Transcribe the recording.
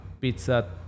pizza